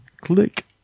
click